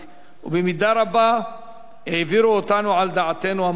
ובמידה רבה הם העבירו אותנו על דעתנו המוסרית.